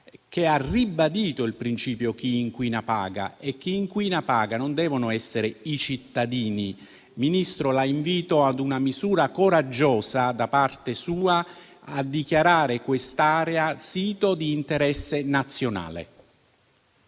che ha ribadito il principio chi inquina paga, e questi non devono essere i cittadini. Ministro, la invito ad una misura coraggiosa da parte sua, ossia a dichiarare quest'area sito di interesse nazionale.